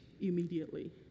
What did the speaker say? immediately